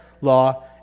law